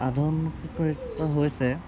আধুনিকীকৰণ হৈছে